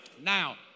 now